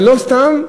ולא סתם,